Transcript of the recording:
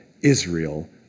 Israel